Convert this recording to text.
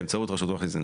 באמצעות רשות האוכלוסין,